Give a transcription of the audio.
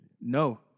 No